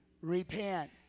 Repent